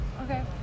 Okay